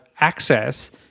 access